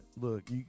look